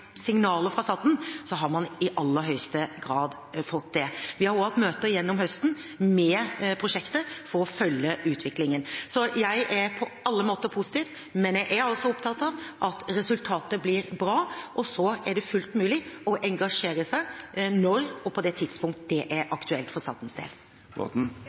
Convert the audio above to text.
fra staten, har man i aller høyeste grad fått det. Vi har også hatt møter gjennom høsten med prosjekter for å følge utviklingen. Så jeg er på alle måter positiv, men jeg er altså opptatt av at resultatet blir bra, og så er det fullt mulig å engasjere seg når og på det tidspunktet det er aktuelt for statens del.